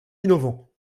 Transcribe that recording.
innovant